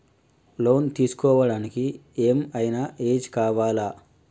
Loan తీస్కోవడానికి ఏం ఐనా ఏజ్ కావాలా?